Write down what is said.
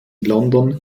london